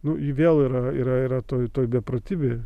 nu ji vėl yra yra yra toj toj beprotybėj